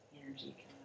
energy